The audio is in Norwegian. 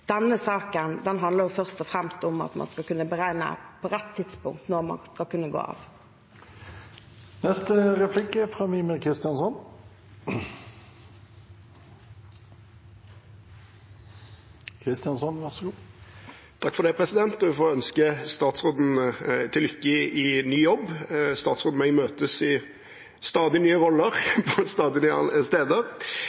Denne saken handler først og fremst om at man skal kunne beregne rett tidspunkt for når man skal kunne gå av. Jeg må få ønske statsråden til lykke i ny jobb. Statsråden og jeg møtes i stadig nye roller på stadig flere steder. Mitt spørsmål dreier seg egentlig om det konkrete i